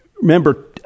remember